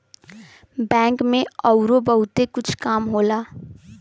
bank में अउरो बहुते कुछ काम होला